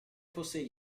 fosse